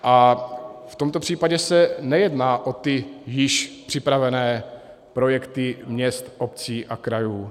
A v tomto případě se nejedná o ty již připravené projekty měst, obcí a krajů.